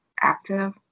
active